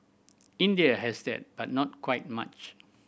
India has that but not quite much